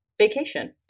vacation